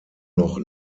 noch